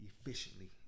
efficiently